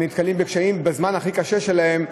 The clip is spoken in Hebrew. הם נתקלים בקשיים בזמן הכי קשה שלהם,